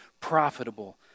profitable